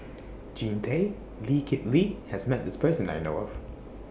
Jean Tay and Lee Kip Lee has Met This Person that I know of